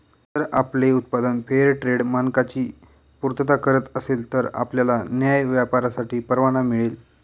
जर आपले उत्पादन फेअरट्रेड मानकांची पूर्तता करत असेल तर आपल्याला न्याय्य व्यापारासाठी परवाना मिळेल